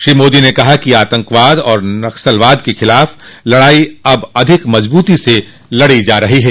श्री मोदी ने कहा कि आतंकवाद और नक्सलवाद के खिलाफ लड़ाई अब अधिक मजबूती से लड़ी जा रही है